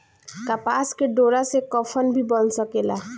कपास के डोरा से कफन भी बन सकेला